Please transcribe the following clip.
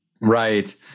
Right